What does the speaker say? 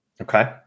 Okay